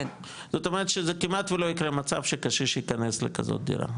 זאת אומרת שכמעט ולא ייקרה מצב שקשיש ייכנס לכזאת דירה,